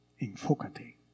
Enfócate